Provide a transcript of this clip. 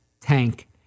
Tank